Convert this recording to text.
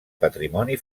patrimoni